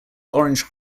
orange